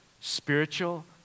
Spiritual